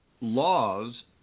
laws